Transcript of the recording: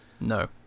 No